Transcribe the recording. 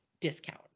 discount